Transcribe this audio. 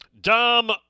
Dom